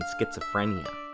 schizophrenia